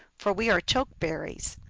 for we are choke-berries.